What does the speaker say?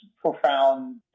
profound